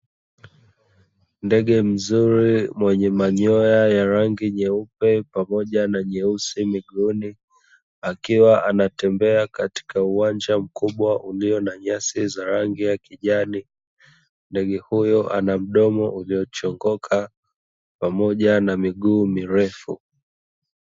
Ndege mzuri mwenye manyoya ya rangi nyeupe pamoja na nyeusi miguuni, akiwa anatembea katika uwanja mkubwa wenye rangi ya kijani, ndege uyo anamdomo uliochongoka pamoja na miguu mirefu.